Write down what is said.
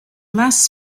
less